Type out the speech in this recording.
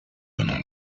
nombreux